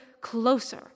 closer